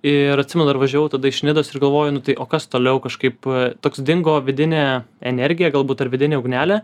ir atsimenu dar važiavau tada iš nidos ir galvoju nu tai o kas toliau kažkaip toks dingo vidinė energija galbūt ar vidinė ugnelė